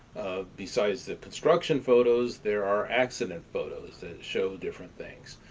besides the construction photos, there are accident photos, that show different things.